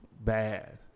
bad